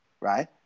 right